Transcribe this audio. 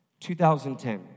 2010